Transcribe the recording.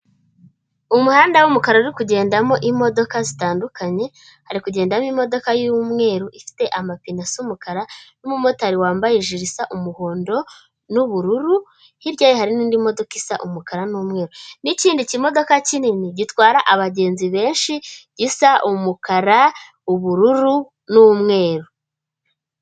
Umuhanda w'umukara uri kugendamo imodoka zitandukanye, hari kugendamomo y'umweru ifite amapine asi y'umukara n'umumotari wambaye jeri isa umuhondo n'ubururu, hirya ye hari n'indi modoka isa umukara n'umweru n'ikindi kimodoka kinini gitwara abagenzi benshi gisa umukara, ubururu n'umweru.